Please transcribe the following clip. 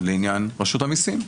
לעניין רשות מסים.